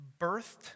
birthed